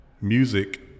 music